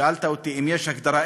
שאלת אותי אם יש הגדרה.